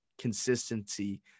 consistency